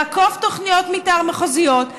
לעקוף תוכניות מתאר מחוזיות.